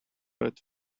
earth